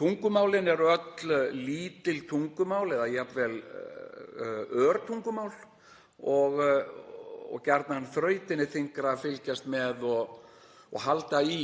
Tungumálin eru öll lítil tungumál eða jafnvel örtungumál og gjarnan þrautin þyngri að fylgjast með og halda í